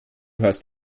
hast